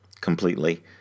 completely